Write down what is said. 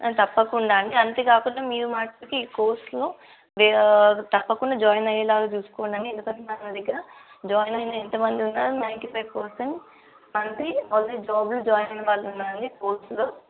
తప్పకుండా అండి అంతే కాకుండా మీరు మట్టుకి ఈ కోర్సులో తప్పకుండా జాయిన్ అయ్యేలాగా చూసుకోండి ఎందుకంటే మన దగ్గర జాయిన్ అయిన ఎంతమంది ఉన్నారు ninety five person monthly already జాబ్లో జాయిన్ అయిన వాళ్లు ఉన్నారు కోర్సులో